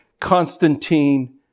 Constantine